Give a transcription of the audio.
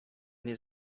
nie